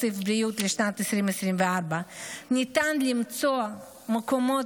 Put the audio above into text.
תקציב הבריאות לשנת 2024. ניתן למצוא מקורות